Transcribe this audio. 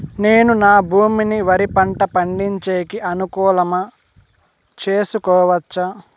నేను నా భూమిని వరి పంట పండించేకి అనుకూలమా చేసుకోవచ్చా?